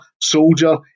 soldier